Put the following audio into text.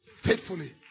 faithfully